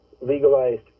legalized